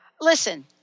listen